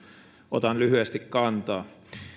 otan lyhyesti kantaa